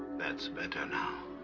that's better now